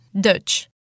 Dutch